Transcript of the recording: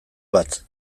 bat